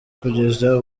kugeza